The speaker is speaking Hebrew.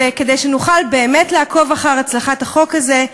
כדי שנוכל באמת לעקוב אחר הצלחת החוק הזה.